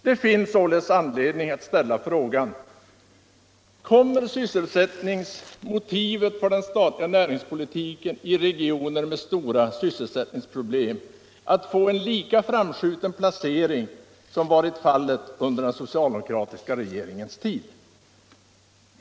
Det finns således anledning aw ställa frågan: Kommer sysselsättningsmotivet för den statliga näringspolitiken i regioner med stora sysselsättningsproblem att få en lika framskjuten placering som varit fallet under den socialdemokratiska regeringens tid?